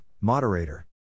moderator